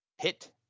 hit